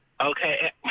Okay